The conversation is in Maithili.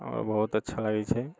आओर बहुत अच्छा लागै छै